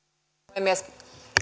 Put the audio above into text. puhemies